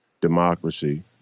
democracy